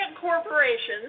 corporations